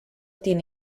tiene